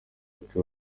ati